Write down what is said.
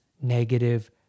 negative